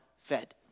fed